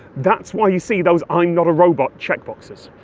that's why you see those i'm not a robot checkboxes.